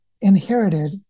inherited